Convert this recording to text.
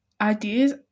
Ideas